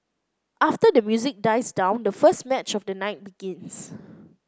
after the music dies down the first match of the night begins